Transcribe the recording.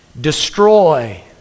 Destroy